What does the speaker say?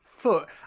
foot